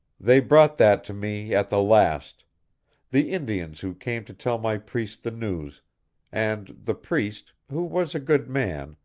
they brought that to me at the last the indians who came to tell my priest the news and the priest, who was a good man,